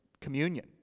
communion